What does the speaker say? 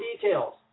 details